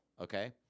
okay